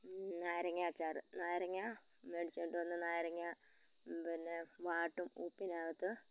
നാരങ്ങാ അച്ചാറ് നാരങ്ങാ മേടിച്ചോണ്ട് വന്ന് നാരങ്ങ പിന്നെ വാട്ടും ഉപ്പിനകത്ത്